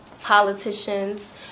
politicians